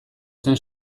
zen